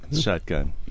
Shotgun